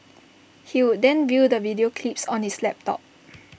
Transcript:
he would then view the video clips on his laptop